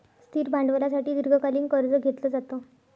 स्थिर भांडवलासाठी दीर्घकालीन कर्ज घेतलं जातं